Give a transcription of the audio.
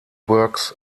works